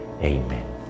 amen